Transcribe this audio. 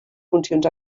funcions